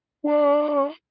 Whoa